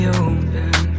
open